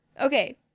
okay